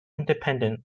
independent